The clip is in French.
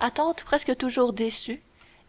attente presque toujours déçue